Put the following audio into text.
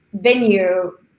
venue